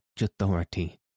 authority